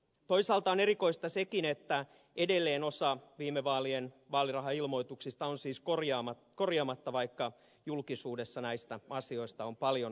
toisaalta on erikoista sekin että edelleen osa viime vaalien vaalirahailmoituksista on siis korjaamatta vaikka julkisuudessa näistä asioista on paljon kerrottu